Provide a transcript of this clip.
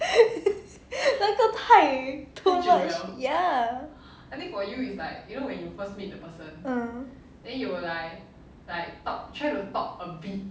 那个太 too much ya mm